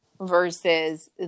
versus